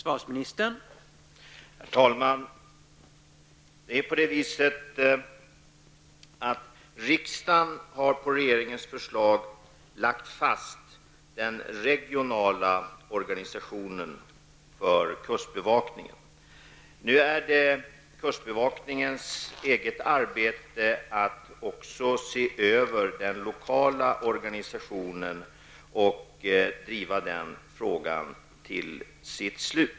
Herr talman! Riksdagen har på regeringens förslag lagt fast den regionala organisationen för kustbevakningen. Nu är det kustbevakningens uppgift att se över den lokala organisationen och att driva den frågan till sitt slut.